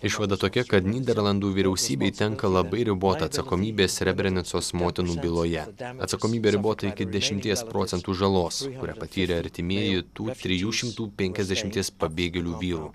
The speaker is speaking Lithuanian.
išvada tokia kad nyderlandų vyriausybei tenka labai ribota atsakomybė srebrenicos motinų byloje atsakomybė ribota iki dešimties procentų žalos kurią patyrė artimieji tų trijų šimtų penkiasdešimties pabėgėlių vyrų